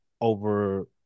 over